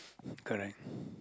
correct